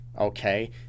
okay